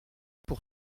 pour